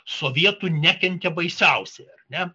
sovietų nekentė baisiausia ne